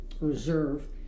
reserve